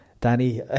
Danny